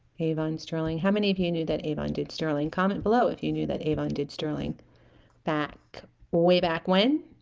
avon sterling how many of you knew that avon did sterling comment below if you you knew that avon did sterling back way back when